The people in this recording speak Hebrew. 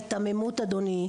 ההיתממות אדוני,